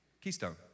Keystone